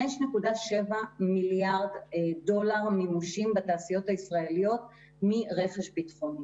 5.7 מיליארד דולר מימושים בתעשיות הישראליות מרכש ביטחוני.